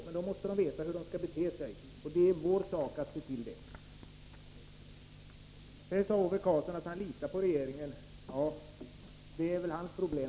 Men då måste de veta hur de skall bete sig, och det är vår sak att ansvara för det. Ove Karlsson sade sedan att han litar på regeringen. Ja, det är väl hans problem.